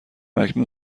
اکنون